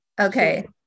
okay